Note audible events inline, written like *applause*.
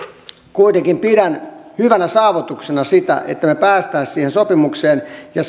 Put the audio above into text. kuitenkin pidän hyvänä saavutuksena sitä että me pääsisimme siihen sopimukseen ja *unintelligible*